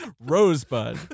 Rosebud